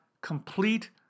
complete